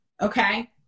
okay